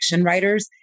writers